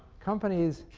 companies